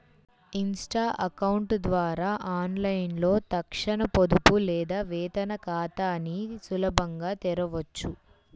Insta account ద్వారా ఆన్లైన్లో తక్షణ పొదుపు లేదా వేతన ఖాతాని సులభంగా తెరవొచ్చు